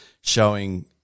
showing